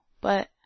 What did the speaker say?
but—